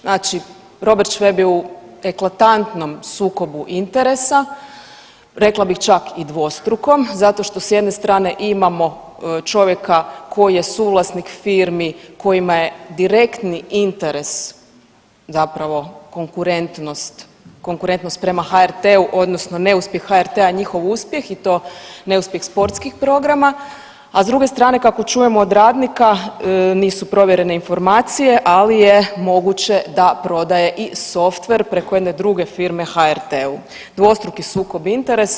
Znači Robert Šveb je u eklatantnom sukobu interesa, rekla bih čak i dvostrukom zato što s jedne strane imamo čovjeka koji je suvlasnik firmi kojima je direktni interes zapravo konkurentnost, konkurentnost prema HRT-u odnosno neuspjeh HRT-a je njihov uspjeh i to neuspjeh sportskih programa, a s druge strane kako čujemo od radnika, nisu provjerene informacije, ali je moguće da prodaje i softver preko jedne druge firme HRT-u, dvostruki sukob interesa.